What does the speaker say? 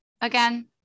again